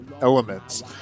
elements